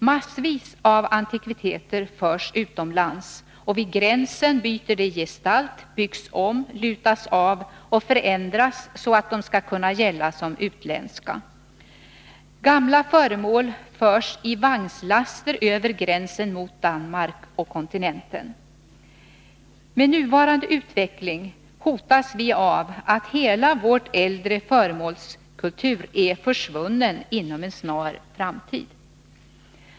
Massvis av antikviteter förs utomlands, och vid gränsen byter de gestalt, byggs om, lutas av och förändras, så att de skall kunna gälla som utländska. Gamla föremål förs i vagnslaster över gränsen mot Danmark och kontinenten. Med nuvarande utveckling hotas vi av att hela vår äldre föremålskultur är försvunnen inom en snar framtid.